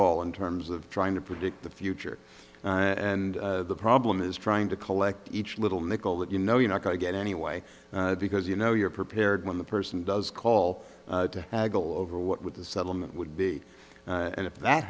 all in terms of trying to predict the future and the problem is trying to collect each little nickel that you know you're not going to get anyway because you know you're prepared when the person does call over what with the settlement would be and if that